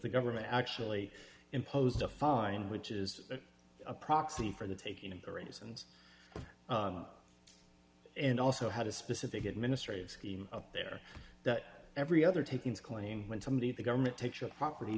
the government actually imposed a fine which is a proxy for the taking of the reasons and also had a specific administrative scheme there that every other takings claim when somebody the government takes your property